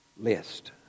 list